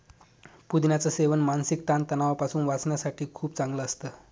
पुदिन्याच सेवन मानसिक ताण तणावापासून वाचण्यासाठी खूपच चांगलं असतं